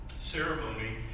ceremony